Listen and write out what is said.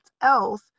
else